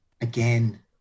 again